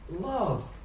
love